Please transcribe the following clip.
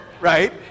right